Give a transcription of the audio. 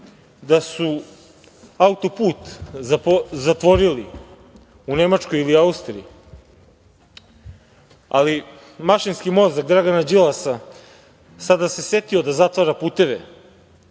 da su auto-put zatvorili u Nemačkoj ili Austriji? Ali, mašinski mozak Dragana Đilasa sada se setio da zatvara puteve